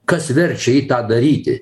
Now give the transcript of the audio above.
kas verčia jį tą daryti